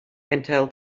until